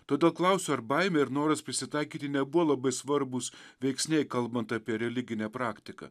todėl klausiu ar baimė ir noras prisitaikyti nebuvo labai svarbūs veiksniai kalbant apie religinę praktiką